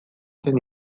zen